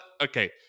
okay